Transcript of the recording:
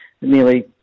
nearly